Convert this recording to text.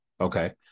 okay